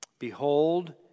Behold